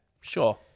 Sure